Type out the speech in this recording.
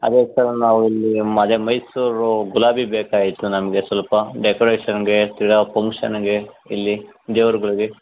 ಅದೇ ಸರ್ ನಾವು ಇಲ್ಲಿ ಅದೇ ಮೈಸೂರು ಗುಲಾಬಿ ಬೇಕಾಗಿತ್ತು ನಮಗೆ ಸ್ವಲ್ಪ ಡೆಕೊರೇಷನ್ನಿಗೆ ತಿರಗಾ ಫಂಕ್ಷನ್ನಿಗೆ ಇಲ್ಲಿ ದೇವ್ರುಳ್ಗೆ